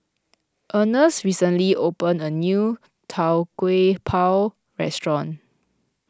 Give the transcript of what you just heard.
Ernst recently open a new Tau Kwa Pau restaurant